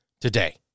today